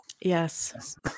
yes